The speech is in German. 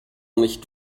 nicht